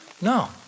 No